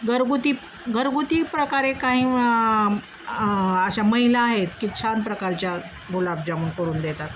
घरगुती घरगुती प्रकारे काही अशा महिला आहेत की छान प्रकारच्या गुलाबजामुन करून देतात